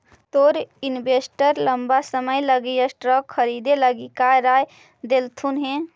तोर इन्वेस्टर लंबा समय लागी स्टॉक्स खरीदे लागी का राय देलथुन हे?